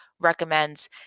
recommends